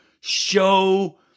show